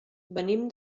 venim